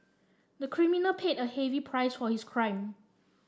the criminal paid a heavy price for his crime